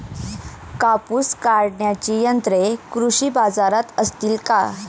कापूस काढण्याची यंत्रे कृषी बाजारात असतील का?